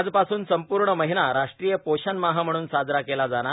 आजपासून संपूर्ण महिना राष्ट्रीय पोषण माह म्हणून साजरा केला जाणार